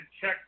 check